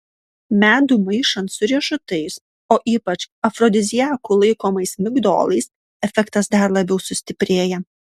medų maišant su riešutais o ypač afrodiziaku laikomais migdolais efektas dar labiau sustiprėja